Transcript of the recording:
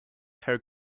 her